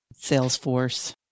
Salesforce